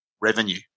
revenue